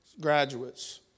graduates